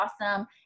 awesome